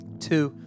Two